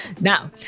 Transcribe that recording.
now